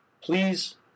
please